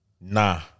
nah